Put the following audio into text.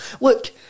look